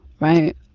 right